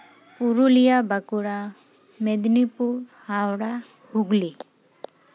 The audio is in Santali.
ᱯᱩᱨᱩᱞᱤᱭᱟᱹ ᱵᱟᱸᱠᱩᱲᱟ ᱢᱮᱫᱽᱱᱤᱯᱩᱨ ᱦᱟᱣᱲᱟ ᱦᱩᱜᱽᱞᱤ